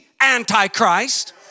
antichrist